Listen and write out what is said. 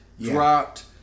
dropped